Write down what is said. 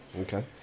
Okay